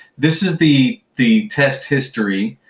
this is the the test history.